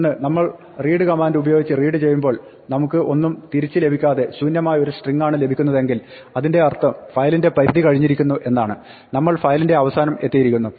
ഒന്ന് നമ്മൾ read command ഉപയോഗിച്ച് റീഡ് ചെയ്യുമ്പോൾ നമുക്ക് ഒന്നും തിരിച്ച് ലഭിക്കാതെ ശൂന്യമായ ഒരു സ്ട്രിങ്ങ് ആണ് ലഭിക്കുന്നതെങ്കിൽ അതിന്റെ അർത്ഥം ഫയലിന്റെ പരിധി കഴിഞ്ഞിരിക്കുന്നു എന്നാണ് നമ്മൾ ഫയലിന്റെ അവസാനം എത്തിയിരിക്കുന്നു